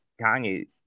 Kanye